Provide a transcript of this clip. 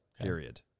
Period